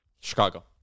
Chicago